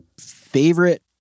favorite